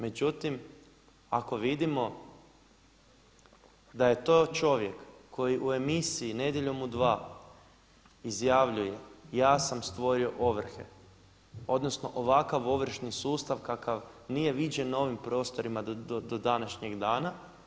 Međutim, ako vidimo da je to čovjek koji u emisiji Nedjeljom u 2 izjavljuje ja sam stvorio ovrhe, odnosno ovakav ovršni sustav kakav nije viđen na ovim prostorima do današnjeg dana.